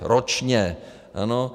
Ročně, ano?